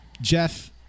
Jeff –